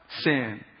sin